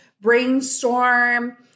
brainstorm